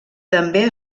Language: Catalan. també